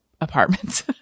apartments